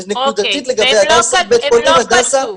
ונקודתית לבית חולים הדסה,